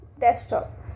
desktop